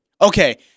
Okay